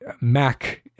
Mac-